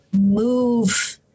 move